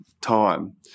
time